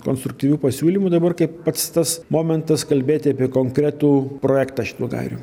konstruktyvių pasiūlymų dabar kaip pats tas momentas kalbėti apie konkretų projektą šitų gairių